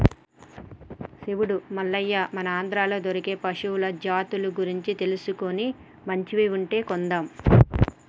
శివుడు మల్లయ్య మన ఆంధ్రాలో దొరికే పశువుల జాతుల గురించి తెలుసుకొని మంచివి ఉంటే కొందాం